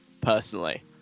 personally